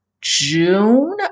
June